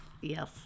Yes